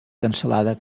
cansalada